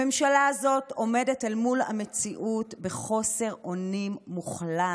הממשלה הזו עומדת אל מול המציאות בחוסר אונים מוחלט.